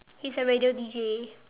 he's a radio D_J